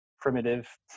primitive